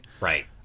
Right